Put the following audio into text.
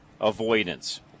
avoidance